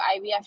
IVF